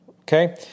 Okay